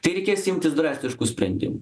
tai reikės imtis drastiškų sprendimų